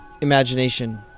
imagination